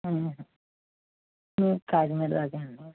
ఆహా నేను కాకినాడదాకా అండి